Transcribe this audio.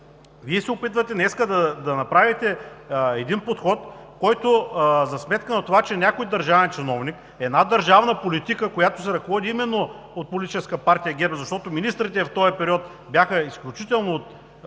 Вие се опитвате да направите един подход – за сметка на някой държавен чиновник, една държавна политика, която се ръководи именно от Политическа партия ГЕРБ, защото министрите в този период бяха изключително